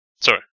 Sorry